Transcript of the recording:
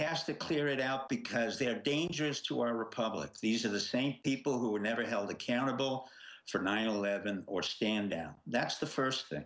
has to clear it out because they're dangerous to our republic these are the same people who were never held accountable for nine eleven or stand down that's the first then